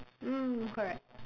mm correct